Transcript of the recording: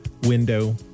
window